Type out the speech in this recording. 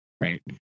Right